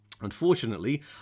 Unfortunately